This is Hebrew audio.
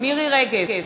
מירי רגב,